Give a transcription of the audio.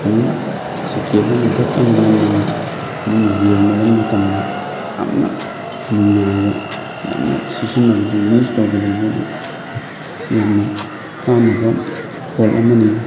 ꯑꯗꯨꯝ ꯁꯦꯀꯦꯟ ꯑꯃ ꯗꯛ ꯑꯅ ꯅꯝꯃꯒ ꯑꯗꯨꯝ ꯌꯦꯡꯕꯗ ꯃꯇꯝꯗ ꯌꯥꯝꯅ ꯅꯨꯡꯉꯥꯏꯕ ꯌꯥꯝꯅ ꯁꯤꯖꯤꯟꯅꯕꯗ ꯌꯨꯖ ꯇꯧꯕꯗ ꯑꯩꯉꯣꯟꯗ ꯌꯥꯝꯅ ꯀꯥꯟꯅꯕ ꯐꯣꯟ ꯑꯃꯅꯤ